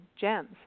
gems